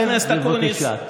שב, בבקשה.